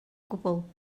gwbl